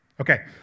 Okay